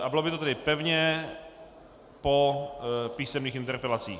A bylo by to tedy pevně po písemných interpelacích.